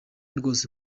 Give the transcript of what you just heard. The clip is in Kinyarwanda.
rwose